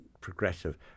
progressive